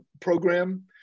program